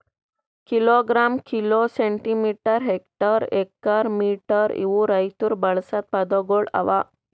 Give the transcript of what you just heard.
kilogram, kilo, centimetre, hectare, acre, metre ಇವು ರೈತುರ್ ಬಳಸ ಪದಗೊಳ್ ಅವಾ